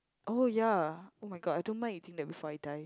oh ya oh-my-god I don't mind eating that before I die